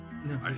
No